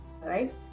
right